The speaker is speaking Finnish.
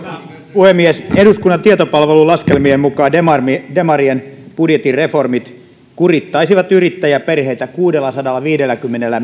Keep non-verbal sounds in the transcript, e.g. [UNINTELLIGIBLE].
puhemies eduskunnan tietopalvelun laskelmien mukaan demarien demarien budjetin reformit kurittaisivat yrittäjäperheitä kuudellasadallaviidelläkymmenellä [UNINTELLIGIBLE]